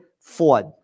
Ford